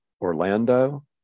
Orlando